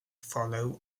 follow